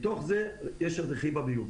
בתוך זה ישנו רכיב הביוב.